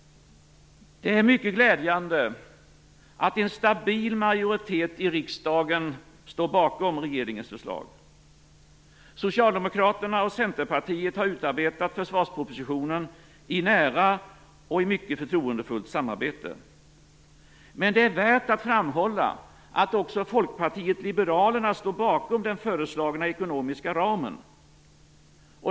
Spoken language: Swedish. Det är mycket glädjande att en stabil majoritet i riksdagen står bakom regeringens förslag. Socialdemokraterna och Centerpartiet har utarbetat försvarspropositionen i nära och mycket förtroendefullt samarbete. Men det är värt att framhålla att också Folkpartiet liberalerna står bakom den föreslagna ekonomiska ramen.